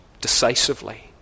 decisively